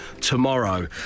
tomorrow